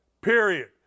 Period